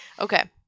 Okay